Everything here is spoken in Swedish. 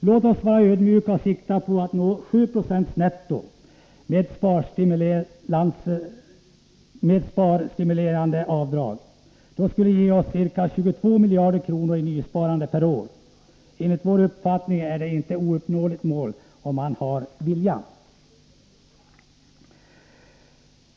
Låt oss vara ödmjuka och sikta på att nå 7 26 netto, med sparstimulanser avdragna. Det skulle ge oss 22 miljarder kronor i nysparande per år. Enligt vår uppfattning är det inte ett ouppnåeligt mål — om man har viljan.